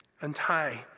untie